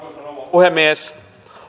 puhemies